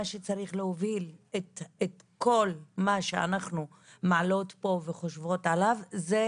מה שצריך להוביל את כל מה שאנחנו מעלות פה וחושבות עליו זה